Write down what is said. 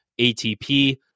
ATP